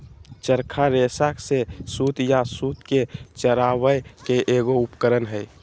चरखा रेशा से सूत या सूत के चरावय के एगो उपकरण हइ